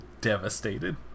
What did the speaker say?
devastated